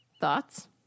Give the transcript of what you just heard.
Thoughts